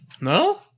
no